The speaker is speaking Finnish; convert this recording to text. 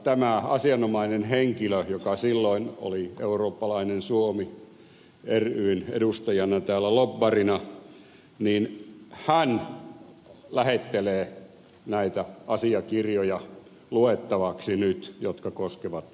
tämä asianomainen henkilö joka silloin oli eurooppalainen suomi ryn edustajana täällä lobbarina lähettelee nyt luettavaksi näitä asiakirjoja jotka koskevat tätä asiaa